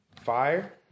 fire